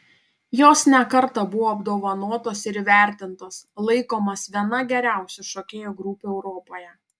jos ne kartą buvo apdovanotos ir įvertintos laikomos viena geriausių šokėjų grupių europoje